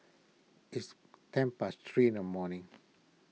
its ten past three in the morning